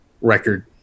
record